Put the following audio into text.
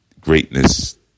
greatness